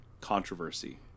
controversy